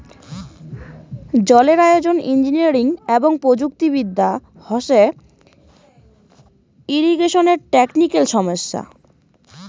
জলের আয়োজন, ইঞ্জিনিয়ারিং এবং প্রযুক্তি বিদ্যা হসে ইরিগেশনের টেকনিক্যাল সমস্যা